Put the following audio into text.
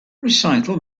recital